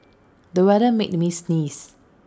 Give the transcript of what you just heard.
the weather made me sneeze